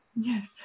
Yes